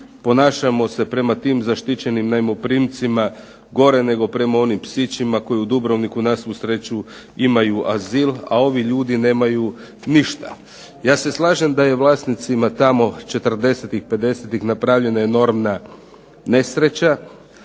ponašamo se prema tim zaštićenim najmoprimcima gore nego prema onim psićima koji u Dubrovniku na svu sreću imaju azil, a ovi ljudi nemaju ništa. Ja se slažem da je vlasnicima tamo '40-ih, '50-ih napravljena enormna nesreća,